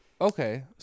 Okay